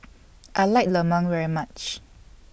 I like Lemang very much